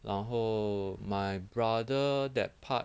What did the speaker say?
然后 my brother that part